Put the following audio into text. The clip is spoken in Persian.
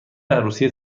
عروسی